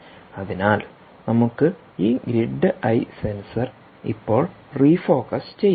അതിനാൽ നമുക്ക് ഈ ഗ്രിഡ് ഐ സെൻസർ ഇപ്പോൾ റീഫോക്കസ് ചെയ്യാം